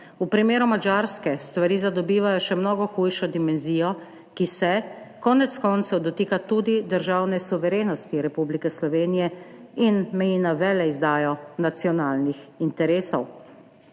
V primeru Madžarske stvari dobivajo še mnogo hujšo dimenzijo, ki se konec koncev dotika tudi državne suverenosti Republike Slovenije in meji na veleizdajo nacionalnih interesov,